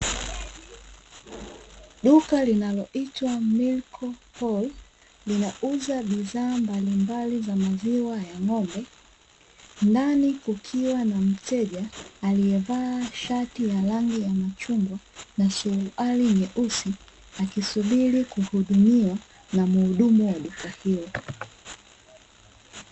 Duka linaloitwa 'Milcopal' linauza bidhaa mbali mbali za maziwa ya ng'ombe, ndani kukiwa na mteja aliyevaa shati ya rangi ya machungwa na suruali nyeusi, akisubiri kuhudumiwa na mhudumu wa duka hilo.